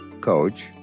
coach